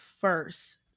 first